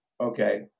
Okay